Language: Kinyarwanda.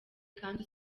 kandi